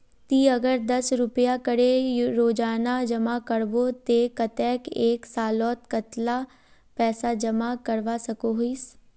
ती अगर दस रुपया करे रोजाना जमा करबो ते कतेक एक सालोत कतेला पैसा जमा करवा सकोहिस?